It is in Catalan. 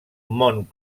món